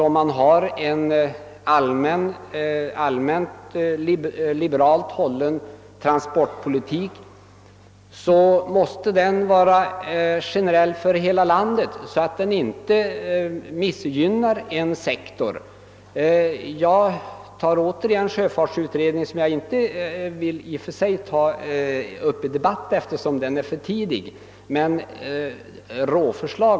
Om man för en allmänt liberal transportpolitik, måste denna vara generell för hela landet, så att den inte missgynnar någon sektor. Jag hänvisar återigen till sjöfartsutredningen, som jag i och för sig inte vill ta upp till debatt eftersom det ännu endast föreligger ett råförslag.